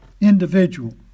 individual